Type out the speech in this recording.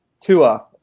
Tua